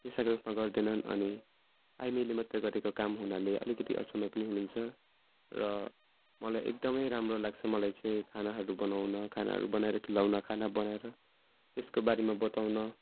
पेसाको रूपमा गर्दैनन् अनि आइमाईले मात्रै गरेको काम हुनाले अलिकति अचम्म पनि हुनुहुन्छ र मलाई एकदमै राम्रो लाग्छ मलाई चाहिँ खानाहरू बनाउन खानाहरू बनाएर खिलाउन खाना बनाएर त्यसको बारेमा बताउन